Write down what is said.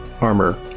armor